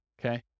Okay